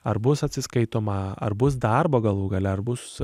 ar bus atsiskaitoma ar bus darbo galų gale ar bus